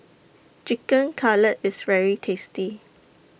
Chicken Cutlet IS very tasty